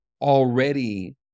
already